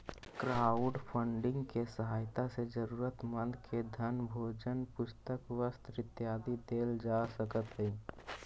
crowdfunding के सहायता से जरूरतमंद के धन भोजन पुस्तक वस्त्र इत्यादि देल जा सकऽ हई